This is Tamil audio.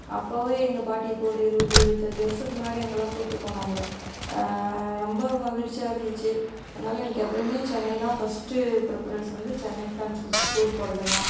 அப்போவே எங்கள் பாட்டி இப்போ ஒரு இருபது இருபத்தஞ்சி வருஷத்துக்கு முன்னாடி அங்கேலாம் கூட்டு போனாங்க ரொம்ப மகிழ்ச்சியாக இருந்துச்சு அதனால் எனக்கு எப்பமே சென்னைதான் ஃபஸ்ட்டு பிரிப்ரன்ஸ் வந்து சென்னைக்குதான் டூ டூர் போகிறதுனா